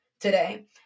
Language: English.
Today